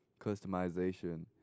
customization